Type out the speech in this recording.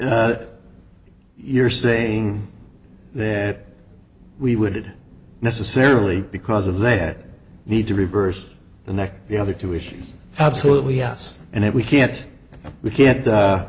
it you're saying that we would necessarily because of that need to reverse the neck the other two issues absolutely yes and if we can't we can